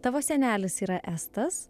tavo senelis yra estas